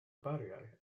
bariau